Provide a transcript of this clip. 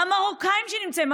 המרוקאים שנמצאים,